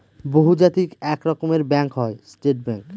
বহুজাতিক এক রকমের ব্যাঙ্ক হয় স্টেট ব্যাঙ্ক